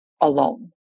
alone